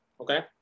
okay